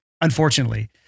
unfortunately